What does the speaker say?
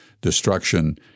destruction